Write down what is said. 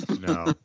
No